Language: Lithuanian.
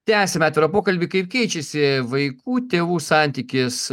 tęsiame atvirą pokalbį kaip keičiasi vaikų tėvų santykis